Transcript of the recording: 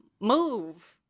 move